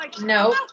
No